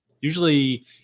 Usually